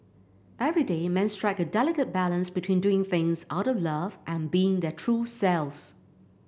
everyday men strike a delicate balance between doing things out of love and being their true selves